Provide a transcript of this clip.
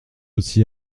aussi